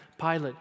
Pilate